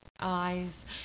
eyes